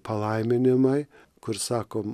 palaiminimai kur sakom